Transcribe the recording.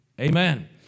Amen